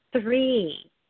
Three